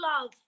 love